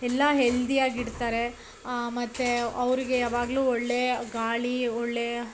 ಎಲ್ಲ ಹೆಲ್ದಿಯಾಗಿಡ್ತಾರೆ ಮತ್ತು ಅವರಿಗೆ ಯಾವಾಗಲೂ ಒಳ್ಳೆಯ ಗಾಳಿ ಒಳ್ಳೆಯ